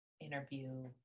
interview